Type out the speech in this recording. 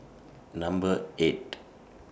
Number eight